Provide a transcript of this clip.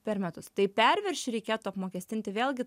per metus tai perviršį reikėtų apmokestinti vėlgi